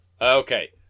Okay